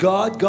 God